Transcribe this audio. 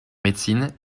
médecine